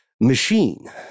machine